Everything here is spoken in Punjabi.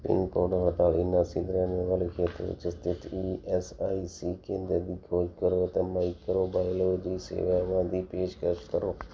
ਪਿਨਕੋਡ ਅਠਤਾਲੀ ਉਣਾਸੀ ਤਰਿਆਨਵੇਂ ਵਾਲੇ ਖੇਤਰ ਵਿੱਚ ਸਥਿਤ ਈ ਐਸ ਆਈ ਸੀ ਕੇਂਦਰਾਂ ਦੀ ਖੋਜ ਕਰੋ ਅਤੇ ਮਾਈਕਰੋ ਬਾਇਓਲੋਜੀ ਸੇਵਾਵਾਂ ਦੀ ਪੇਸ਼ਕਸ਼ ਕਰੋ